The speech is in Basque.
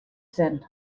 zen